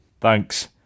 Thanks